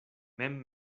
mem